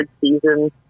season